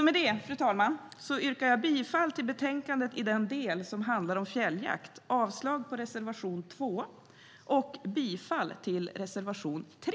Med detta, fru talman, yrkar jag bifall till utskottets förslag i betänkandet i den del som handlar om fjälljakt, avslag på reservation 2 och bifall till reservation 3.